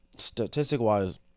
Statistic-wise